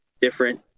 different